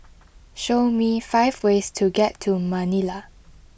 show me five ways to get to Manila